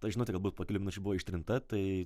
ta žinutė galbūt po kelių minučių buvo ištrinta tai